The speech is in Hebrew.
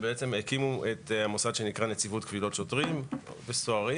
שהקימו את המוסד שנקרא "נציבות קבילות שוטרים וסוהרים",